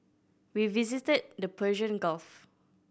we visited the Persian Gulf